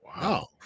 Wow